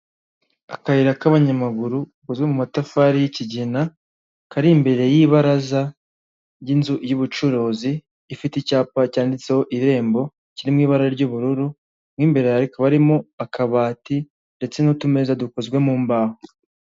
Akayira k'abanyamaguru gakozwe mu matafari y'ikigina, kari imbere y'ibaraza'inzu y'ubucuruzi ifite icyapa cyanditseho "irembo" kiri mu ibara ry'ubururu mo imbere hakaba harimo akabati ndetse n'utumeza dukozwe mu mbaho.